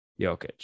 Jokic